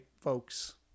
folks